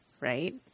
right